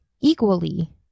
equally